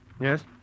Yes